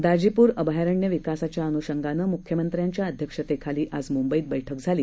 दाजीपूरअभयारण्यविकासाच्याअन्षंगानंमुख्यमंत्र्यांच्या अध्यक्षतेखालीआजम्ंबईतबैठकझाली